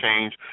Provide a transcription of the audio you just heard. change